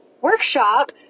workshop –